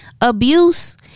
Abuse